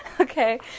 Okay